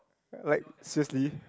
like seriously